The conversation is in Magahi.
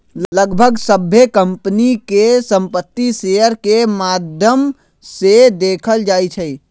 लगभग सभ्भे कम्पनी के संपत्ति शेयर के माद्धम से देखल जाई छई